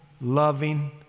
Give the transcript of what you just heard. loving